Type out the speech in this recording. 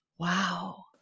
wow